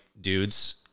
dudes